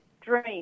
dream